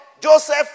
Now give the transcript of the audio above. Joseph